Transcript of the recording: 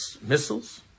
missiles